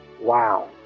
Wow